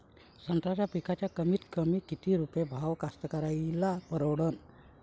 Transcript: संत्र्याचा पिकाचा कमीतकमी किती रुपये भाव कास्तकाराइले परवडन?